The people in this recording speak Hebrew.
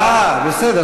בסדר,